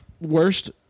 Worst